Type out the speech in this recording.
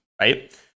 right